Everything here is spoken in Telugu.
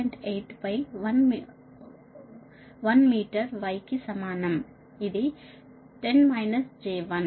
8 పై 1 మీ y కి సమానం ఇది 10 j 1